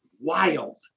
wild